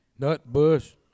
Nutbush